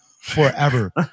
forever